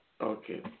okay